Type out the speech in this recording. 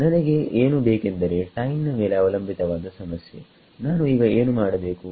ನನಗೆ ಏನು ಬೇಕೆಂದರೆ ಟೈಮ್ ನ ಮೇಲೆ ಅವಲಂಬಿತವಾದ ಸಮಸ್ಯೆನಾನು ಈಗ ಏನು ಮಾಡಬೇಕು